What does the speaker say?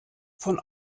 von